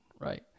Right